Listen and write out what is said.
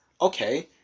okay